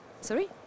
Sorry